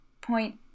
point